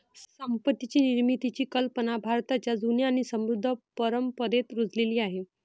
संपत्ती निर्मितीची कल्पना भारताच्या जुन्या आणि समृद्ध परंपरेत रुजलेली आहे